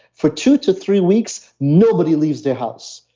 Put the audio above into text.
for two to three weeks, nobody leaves their house.